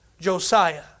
Josiah